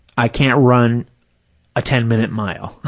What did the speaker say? i can't run a ten minute mile,